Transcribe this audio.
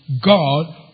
God